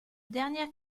dernière